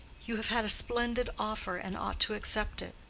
you have had a splendid offer and ought to accept it